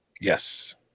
Yes